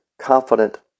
confident